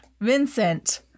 Vincent